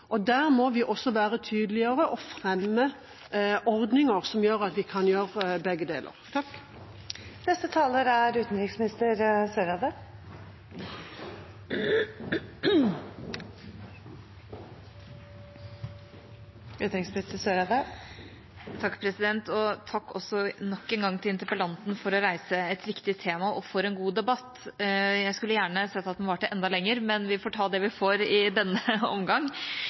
Der må vi også være tydeligere og fremme ordninger som gjør at vi kan gjøre begge deler. Takk nok en gang til interpellanten for å reise et viktig tema og for en god debatt. Jeg skulle gjerne sett at den varte enda lenger, men vi får ta det vi får i denne omgang.